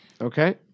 Okay